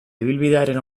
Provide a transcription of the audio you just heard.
ibilbidearen